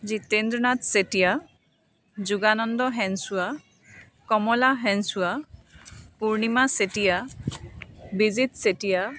Jitendranath Chetia Jogananda Sensowa Kamala Sensowa Purnima Chetia Bijit Chetia